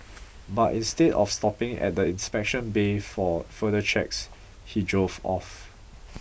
but instead of stopping at the inspection bay for further checks he drove off